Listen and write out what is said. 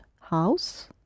house